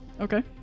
Okay